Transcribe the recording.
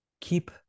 keep